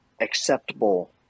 acceptable